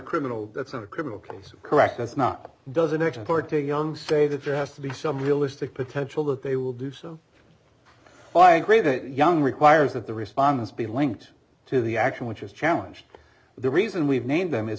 criminal that's a criminal case correct does not doesn't export to young say that there has to be some realistic potential that they will do so if i agree that young requires that the respondents be linked to the action which is challenged the reason we've named